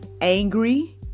angry